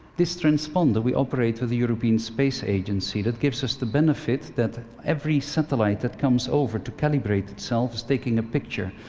this transponder that we operate with the european space agency it gives us the benefit that every satellite that comes over to calibrate itself is taking a picture.